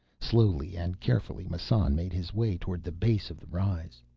slowly and carefully, massan made his way toward the base of the rise.